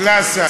קלאסה,